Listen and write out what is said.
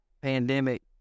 pandemic